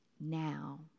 Now